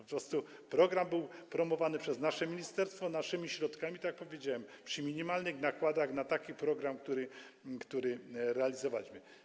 Po prostu program był promowany przez nasze ministerstwo, naszymi środkami, tak jak powiedziałem, przy minimalnych nakładach na taki program, który realizowaliśmy.